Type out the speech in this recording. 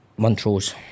Montrose